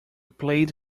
played